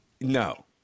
No